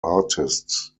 artists